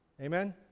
amen